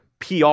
PR